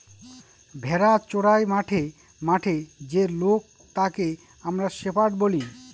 ভেড়া চোরাই মাঠে মাঠে যে লোক তাকে আমরা শেপার্ড বলি